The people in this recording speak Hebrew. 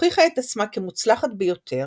הוכיחה את עצמה כמוצלחת ביותר,